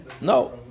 no